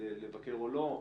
לבקר או לא.